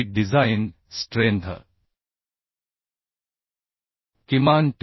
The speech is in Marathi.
ची डिझाइन स्ट्रेंथ किमान tdg